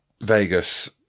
Vegas